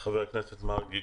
חבר הכנסת מרגי,